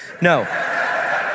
No